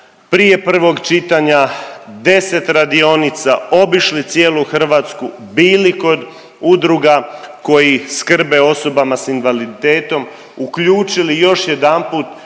prije prvog čitanja 10 radionica, obišli cijelu Hrvatsku, bili kod udruga koji skrbe o osobama s invaliditetom, uključili još jedanput